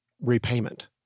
repayment